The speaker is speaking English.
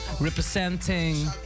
representing